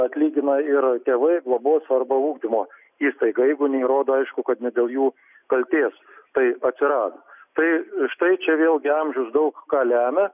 atlygina ir tėvai globos arba ugdymo įstaiga jeigu neįrodo aišku kad ne dėl jų kaltės tai atsirado tai štai čia vėlgi amžius daug ką lemia